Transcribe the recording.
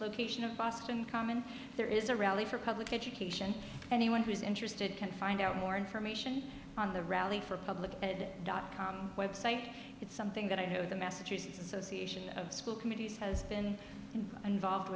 location of boston common there is a rally for public education anyone who is interested can find out more information on the rally for public ed dot com website it's something that i have the massachusetts association of school committees has been involved